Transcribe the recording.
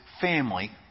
family